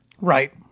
Right